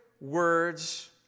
words